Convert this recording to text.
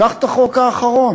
קח את החוק האחרון,